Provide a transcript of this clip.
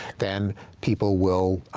then people will,